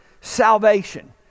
salvation